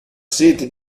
sete